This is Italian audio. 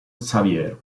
xavier